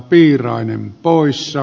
arvoisa puhemies